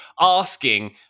asking